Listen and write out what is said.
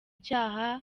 cyaha